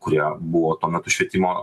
kurie buvo tuo metu švietimo